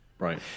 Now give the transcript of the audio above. Right